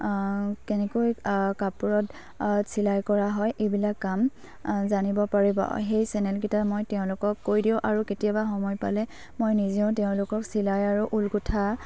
কেনেকৈ কাপোৰত চিলাই কৰা হয় এইবিলাক কাম জানিব পাৰিব সেই চেনেলকেইটা মই তেওঁলোকক কৈ দিওঁ আৰু কেতিয়াবা সময় পালে মই নিজেও তেওঁলোকক চিলাই আৰু ঊল গোঁঠা